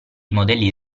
modelli